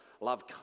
Love